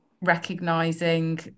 recognizing